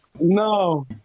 No